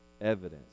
evidence